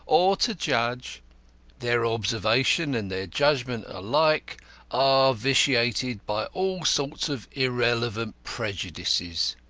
or to judge their observation and their judgment alike are vitiated by all sorts of irrelevant prejudices.